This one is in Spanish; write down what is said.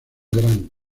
gran